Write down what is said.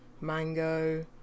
mango